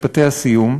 משפטי הסיום.